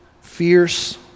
fierce